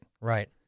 Right